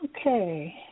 Okay